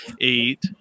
Eight